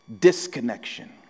disconnection